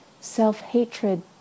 self-hatred